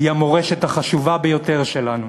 היא המורשת החשובה ביותר שלנו,